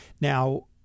Now